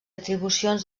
atribucions